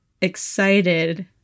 excited